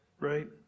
right